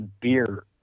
beer